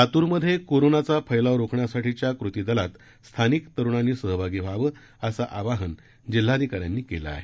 लातूरमध्ये कोरोनाचा फैलाव रोखण्यासाठीच्या कृती दलात स्थानिक तरुणांनी सहभागी व्हावं असं आवाहन जिल्हाधिकाऱ्यांनी केलं आहे